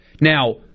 Now